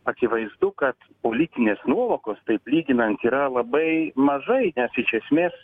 akivaizdu kad politinės nuovokos taip lyginant yra labai mažai nes iš esmės